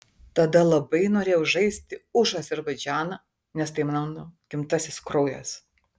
tada labai norėjau žaisti už azerbaidžaną nes tai mano gimtasis kraujas